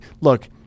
look